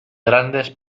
grandes